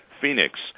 Phoenix